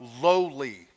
lowly